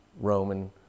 roman